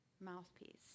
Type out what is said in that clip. mouthpiece